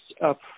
up